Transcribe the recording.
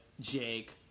Jake